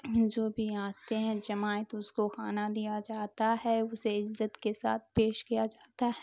جو بھی آتے ہیں جماعت اس کو کھانا دیا جاتا ہے اسے عزت کے ساتھ پیش کیا جاتا ہے